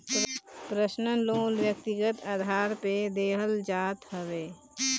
personal loan व्यक्तिगत आधार पे देहल जात हवे